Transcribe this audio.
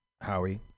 Howie